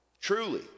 truly